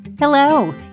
Hello